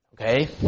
okay